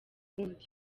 ukundi